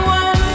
one